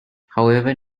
however